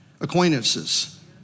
Acquaintances